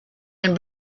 and